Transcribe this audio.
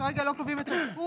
אנחנו כרגע לא קובעים את הזכות.